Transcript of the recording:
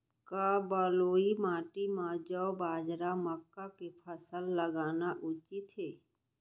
का बलुई माटी म जौ, बाजरा, मक्का के फसल लगाना उचित हे?